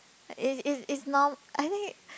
it's its' its' norm~ I think